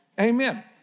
Amen